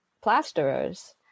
plasterers